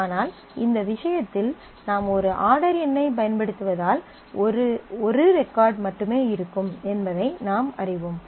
ஆனால் இந்த விஷயத்தில் நாம் ஒரு ஆர்டர் எண்ணைப் பயன்படுத்துவதால் ஒரே ஒரு ரெகார்ட் மட்டுமே இருக்கும் என்பதை நாம் அறிவோம்